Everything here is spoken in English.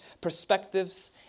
perspectives